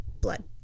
blood